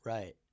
Right